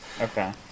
Okay